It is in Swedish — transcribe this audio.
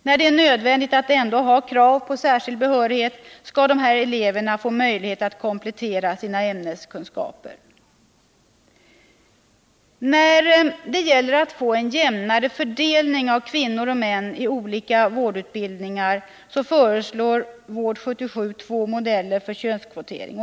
När det är nödvändigt att ändå ha krav på särskild behörighet skall dessa elever få möjlighet att komplettera sina ämneskunskaper. När det gäller att få en jämnare fördelning av kvinnor och män i olika vårdutbildningar föreslår Vård 77 två modeller för könskvotering.